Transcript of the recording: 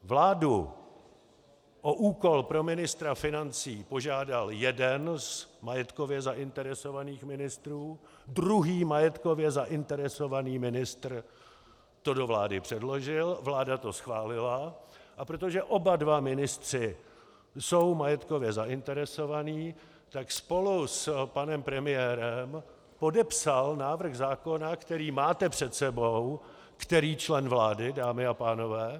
Vládu o úkol pro ministra financí požádal jeden z majetkově zainteresovaných ministrů, druhý majetkově zainteresovaný ministr to do vlády předložil, vláda to schválila, a protože oba dva ministři jsou majetkově zainteresovaní, tak spolu s panem premiérem podepsal návrh zákona, který máte před sebou který člen vlády, dámy a pánové?